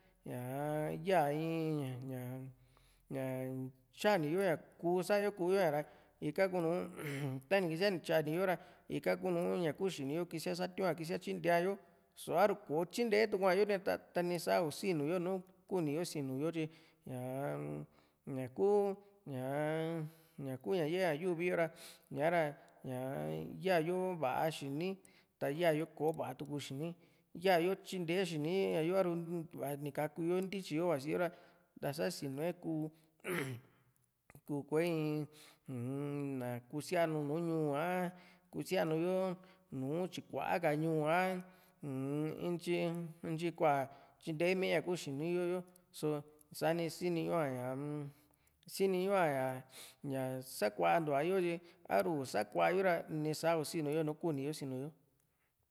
ñaa ya in ña ña tyani yo ña kuu saýo kuyo ña´ra ika kunu tani kísia ni tyani yo ra ika kunu ñaku xiniyoni kísia satiun a ni kísia tyintea yo só a ru kò´o tyintee tukua yo ra tani sa isinu yo nú kuni yo sinu yo tyi ñaa ñaku ñaa-n ñaku ña yaé ña yuvi ra sa´ra ña ya yo va´a xini ta ya yo kò´o vaá tuku xini yayo tyinte xini ñayo a´ru va´a nikaku yo ntityi yo vasi yo ra tasa sinue ku ku ku´e in uu-n na kusíanu nú ñuu a kusianu yo nú tyikua ka ñuu a uu-m intyi intyi kuáa tyinte me ñaku xiniyo yo só sáni siniñuá ñaa-m siniñu´a ña sakuantua yo tyi a´ru ni sakua yo ra nisa isinu yo nú kuni yo sinú yo